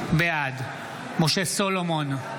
בעד משה סולומון,